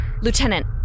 Lieutenant